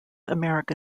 america